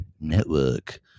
network